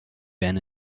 been